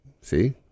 See